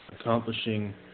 accomplishing